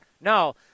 no